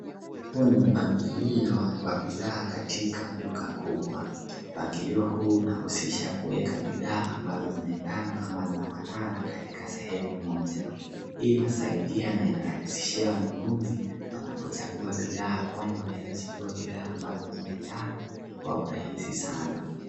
Huu ni mpangilio wa bidhaa katika duka kubwa. Mpangilio huu unahusisha kueka bidhaa ambazo zimelala ama zinapatana katika sehemu moja. Hii inasaidia na inarahisishia wanunuzi wanapochagua bidhaa kwani wanaeza chagua bidhaa ambazo zinaendana kwa urahisi sana.